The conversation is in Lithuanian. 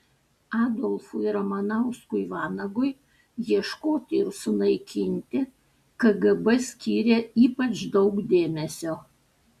adolfui ramanauskui vanagui ieškoti ir sunaikinti kgb skyrė ypač daug dėmesio